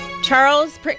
Charles